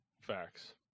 Facts